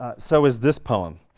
ah so, is this poem.